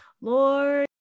Lord